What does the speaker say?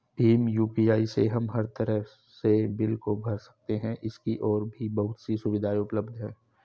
Bhim UPI से हम हर तरह के बिल को भर सकते है, इसकी और भी बहुत सी सुविधाएं उपलब्ध है